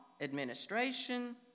administration